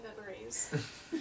memories